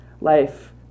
life